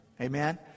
Amen